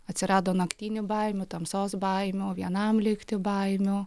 atsirado naktinių baimių tamsos baimių vienam likti baimių